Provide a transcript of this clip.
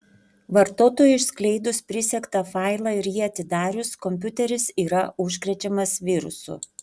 vartotojui išskleidus prisegtą failą ir jį atidarius kompiuteris yra užkrečiamas virusu